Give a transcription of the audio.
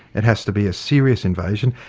it has to be a serious invasion.